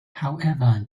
however